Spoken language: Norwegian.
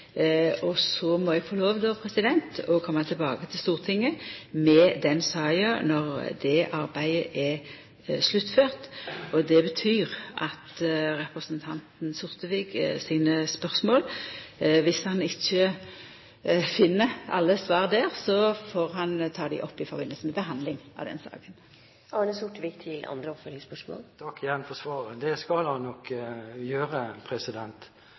Så må eg få lov til å koma tilbake til Stortinget med den saka når dette arbeidet er sluttført. Det betyr at dersom representanten Sortevik ikkje finn svar på alle sine spørsmål, kan han ta dei opp i samband med behandlinga av saka. Takk igjen for svaret. Det skal han nok